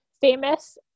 famous